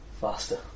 Faster